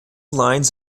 lines